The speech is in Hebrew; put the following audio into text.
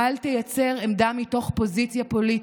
אל תייצר עמדה מתוך פוזיציה פוליטית.